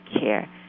care